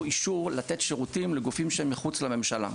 אישור לתת שירותים לגופים שהם מחוץ לממשלה,